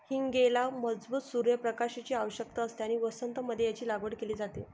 हींगेला मजबूत सूर्य प्रकाशाची आवश्यकता असते आणि वसंत मध्ये याची लागवड केली जाते